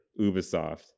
Ubisoft